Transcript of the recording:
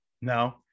No